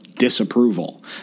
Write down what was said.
Disapproval